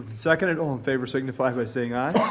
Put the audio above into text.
seconded. all in favor signify by saying aye.